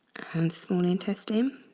and small intestine.